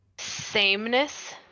sameness